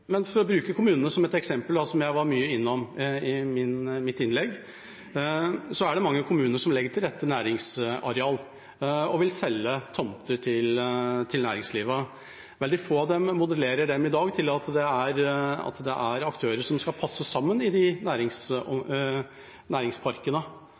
Men for å bruke kommunene som et eksempel, som jeg var mye innom i mitt innlegg: Det er mange kommuner som legger til rette næringsareal og vil selge tomter til næringslivet. Veldig få av dem modellerer dem i dag ut fra at det er aktører som skal passe sammen i